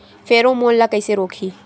Pheromone ला कइसे रोकही?